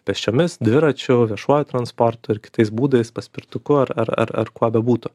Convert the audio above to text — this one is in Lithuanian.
pėsčiomis dviračiu viešuoju transportu ir kitais būdais paspirtuku ar ar ar ar kuo bebūtų